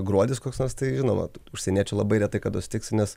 gruodis koks nors tai žinoma tų užsieniečių labai retai kada sutiksi nes